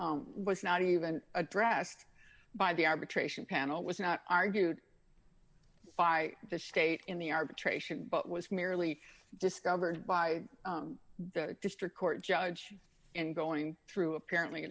that was not even addressed by the arbitration panel was not argued by the state in the arbitration but was merely discovered by the district court judge and going through apparently